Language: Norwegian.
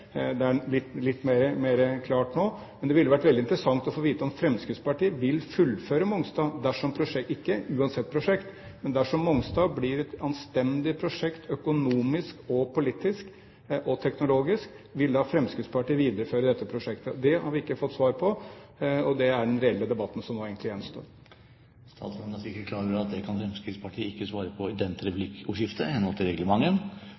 Det er litt mer klart nå, men det ville vært veldig interessant å få vite om Fremskrittspartiet vil fullføre Mongstad – ikke uansett prosjekt, men dersom Mongstad blir et anstendig prosjekt økonomisk, politisk og teknologisk. Vil da Fremskrittspartiet videreføre dette prosjektet? Det har vi ikke fått svar på, og det er den reelle debatten som nå gjenstår. Statsråden er sikkert klar over at det kan Fremskrittspartiet ikke svare på i dette replikkordskiftet i henhold til reglementet.